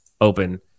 open